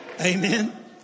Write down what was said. Amen